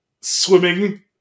swimming